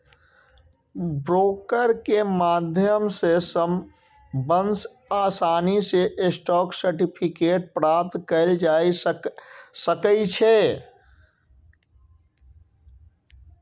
broker के माध्यम सं सबसं आसानी सं स्टॉक सर्टिफिकेट प्राप्त कैल जा सकै छै